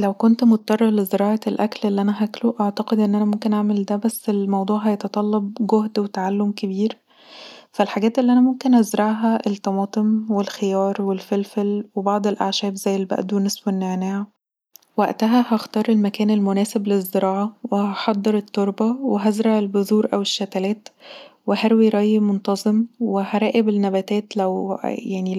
لو كنت مضطره لزراعة الاكل اللي انا هاكله اعتقد ان انا ممكن اعمل دا بس الموضوع هيتطلب جهد وتعلم كبير فالحاجات اللي انا ممكن ازرعها الطماطم والخيار والفلفل وبعض الاعشاب زي البقدونس والنعناع، وقتها هختار المكان المناسب للزراعه وهحضر التربه وهزرع البذور والشتلات وهروي ري منتظم وهراقب النباتات لو